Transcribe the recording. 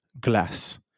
glass